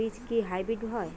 মটর বীজ কি হাইব্রিড হয়?